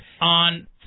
on